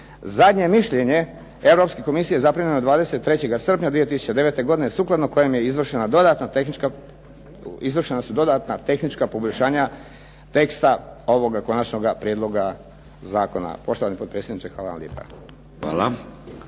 Zadnje mišljenje Europske komisije zaprimljeno je 23. srpnja 2009. godine sukladno kojem su izvršena dodatna tehnička poboljšanja teksta ovoga konačnoga prijedloga zakona.